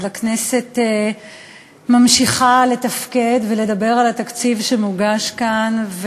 אבל הכנסת ממשיכה לתפקד ולדבר על התקציב שמוגש כאן.